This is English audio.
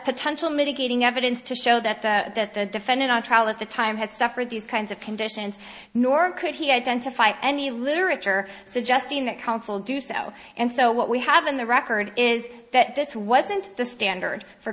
potential mitigating evidence to show that the defendant on trial at the time had suffered these kinds of conditions nor could he identify any literature suggesting that counsel do so and so what we have in the record is that this wasn't the standard for